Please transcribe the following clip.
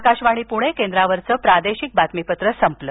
आकाशवाणी पृणे केंद्रावरचं प्रादेशिक बातमीपत्र संपलं